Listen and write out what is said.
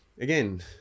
again